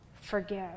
forgive